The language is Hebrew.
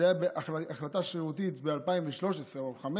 זו הייתה החלטה שרירותית ב-2013 או 2015